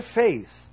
faith